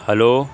hello